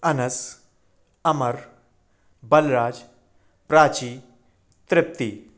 Anas Amar Balraj Prachi Tripti